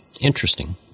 Interesting